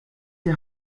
die